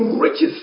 riches